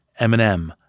Eminem